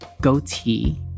goatee